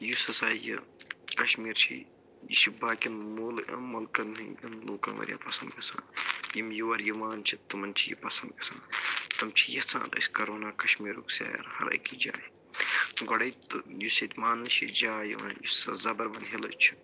یُس ہسا یہِ کَشمیٖر چھِ یہِ چھِ باقِیَن موٗلہٕ مُلکَن ہِنٛدٮ۪ن لوٗکَن واریاہ پسنٛد گژھان یِم یور یِوان چھِ تِمَن چھِ یہِ پسنٛد گژھان تِم چھِ یژھان أسۍ کَرَو نا کَشمیٖرُک سیر ہر أکِس جایہِ گۄڈَے تہٕ یُس ییٚتہِ مانٛنہٕ چھِ جاے یِوان یُس ہسا زبروَن ہِلٕز چھِ